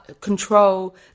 control